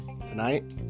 tonight